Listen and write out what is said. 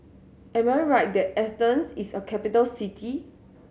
am I right that Athens is a capital city